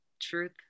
Truth